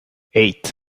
eight